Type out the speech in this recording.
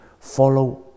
follow